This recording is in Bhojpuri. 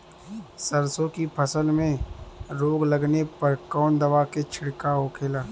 सरसों की फसल में रोग लगने पर कौन दवा के छिड़काव होखेला?